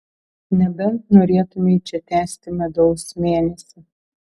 nebent norėtumei čia tęsti medaus mėnesį